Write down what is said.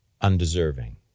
undeserving